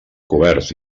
cobert